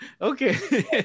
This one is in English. Okay